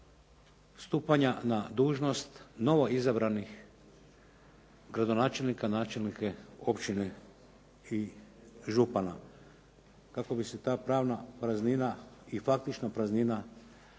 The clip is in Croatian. stupanja na dužnost novoizabranih gradonačelnika, načelnika i općine i župana kako bi se ta pravna praznina i faktična praznina, kako